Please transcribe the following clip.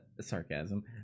Sarcasm